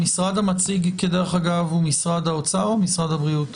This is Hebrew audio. המשרד המציג הוא משרד האוצר או משרד הבריאות